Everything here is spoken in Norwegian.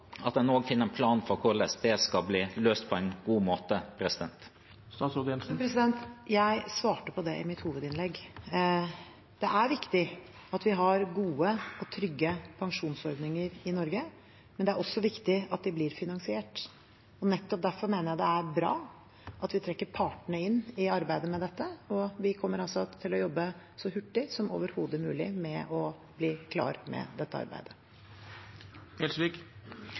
en en plan for hvordan en skal løse på en god måte? Jeg svarte på det i mitt hovedinnlegg. Det er viktig at vi har gode og trygge pensjonsordninger i Norge, men det er også viktig at de blir finansiert. Nettopp derfor mener jeg det er bra at vi trekker partene inn i arbeidet med dette, og vi kommer til å jobbe så hurtig som overhodet mulig for å bli klar med dette arbeidet.